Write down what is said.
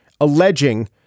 alleging